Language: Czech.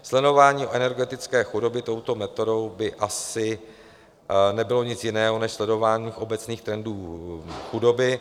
Sledování energetické chudoby touto metodou by asi nebylo nic jiného než sledování obecných trendů chudoby.